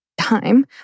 time